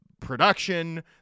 production